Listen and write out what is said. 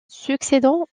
succédant